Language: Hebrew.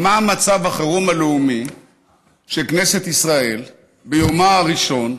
מה מצב החירום הלאומי שכנסת ישראל, ביומה הראשון,